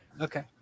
Okay